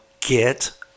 get